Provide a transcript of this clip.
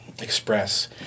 express